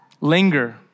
Linger